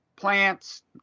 plants